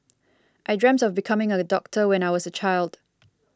I dreamt of becoming a doctor when I was a child